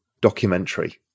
documentary